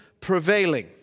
prevailing